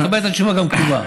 תקבל את התשובה גם כתובה.